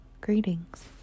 Greetings